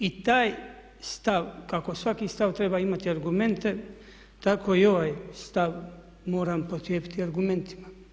I taj stav kako svaki stav treba imati argumente tako i ovaj stav moram potkrijepiti argumentima.